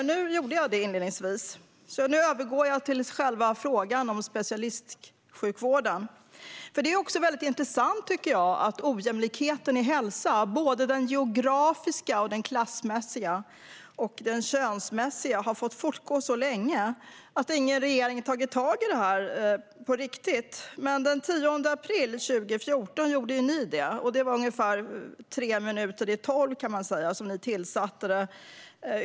Men nu gjorde jag det inledningsvis. Och nu övergår jag till specialistsjukvården. Det är intressant att ojämlikheten i hälsa, såväl den geografiska och den klassmässiga som den könsmässiga, har fått fortgå så länge och att ingen regering har tagit tag i det på riktigt. Den 10 april 2014 gjorde dock ni i högern det, när ni tillsatte en utredning av den högspecialiserade vården.